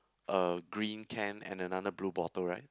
a green can and another blue bottle right